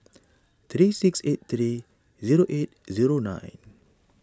thirty six eight thirty zero eight zero nine